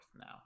now